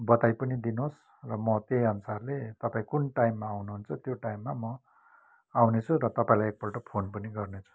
बताई पनि दिनुहोस् म त्यही अनुसारले तपाईँ कुन टाइममा आउनुहुन्छ त्यो टाइममा म आउनेछु र तपाईँलाई एकपल्ट फोन पनि गर्नेछु